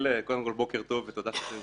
בוקר טוב ותודה שאתם